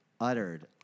uttered